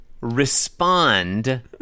respond